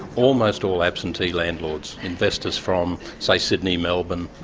almost all absentee landlords, investors from, say, sydney, melbourne,